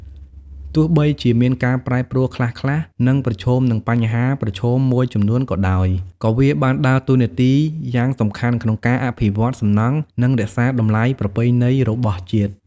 ទោះបីជាមានការប្រែប្រួលខ្លះៗ និងប្រឈមនឹងបញ្ហាប្រឈមមួយចំនួនក៏ដោយ ក៏វាបានដើរតួនាទីយ៉ាងសំខាន់ក្នុងការអភិវឌ្ឍន៍សំណង់ និងរក្សាតម្លៃប្រពៃណីរបស់ជាតិ។